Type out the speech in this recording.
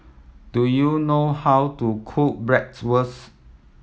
do you know how to cook Bratwurst